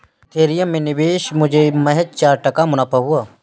Ethereum में निवेश मुझे महज चार टका मुनाफा हुआ